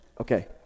Okay